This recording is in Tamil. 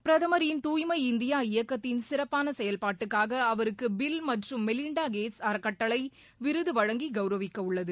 பிரதமரின் தூய்மை இந்தியா இயக்கத்தின் சிறப்பான செயல்பாட்டுக்காக அவருக்கு பில் மற்றும் மெலிண்டா கேட்ஸ் அறக்கட்டளை விருது வழங்கி கௌரவிக்கவுள்ளது